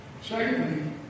Secondly